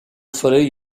farei